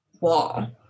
Wall